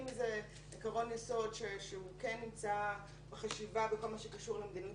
אם זה עיקרון יסוד שהוא כן נמצא בחשיבה בכל מה שקשור למדיניות